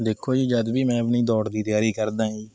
ਦੇਖੋ ਜੀ ਜਦ ਵੀ ਮੈਂ ਆਪਣੀ ਦੌੜ ਦੀ ਤਿਆਰੀ ਕਰਦਾ ਜੀ